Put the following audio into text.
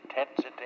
intensity